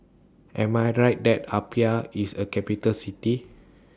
Am I Right that Apia IS A Capital City